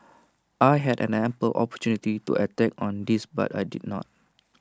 I had an ample opportunity to attack on this but I did not